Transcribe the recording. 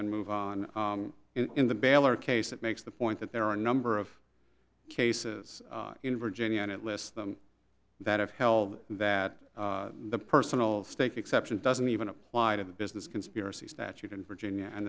then move on in the baylor case that makes the point that there are a number of cases in virginia and it lists them that have held that the personal stake exception doesn't even apply to the business conspiracy statute in virginia and